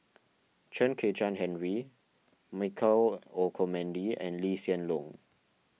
Chen Kezhan Henri Michael Olcomendy and Lee Hsien Loong